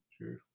Sure